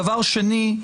דבר שני.